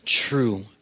true